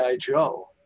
Joe